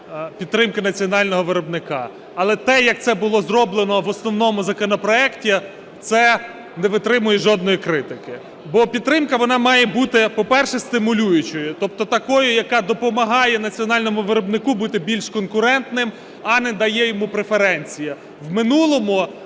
підтримки національного виробника, але те, як це було зроблено в основному законопроекті, це не витримує жодної критики. Бо підтримка, вона має бути, по-перше, стимулюючою, тобто такою, яка допомагає національному виробнику бути більш конкурентним, а не дає йому преференції. В минулому